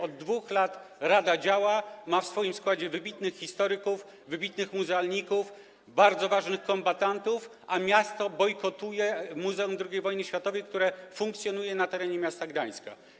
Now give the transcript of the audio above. Od 2 lat rada działa, ma w swoim składzie wybitnych historyków, wybitnych muzealników, bardzo ważnych kombatantów, a miasto bojkotuje Muzeum II Wojny Światowej, które funkcjonuje na terenie miasta Gdańska.